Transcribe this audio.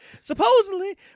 Supposedly